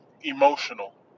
emotional